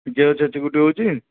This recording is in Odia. ଦେହ ଛେଚି କୁଟି ହୋଉଛି